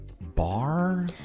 bar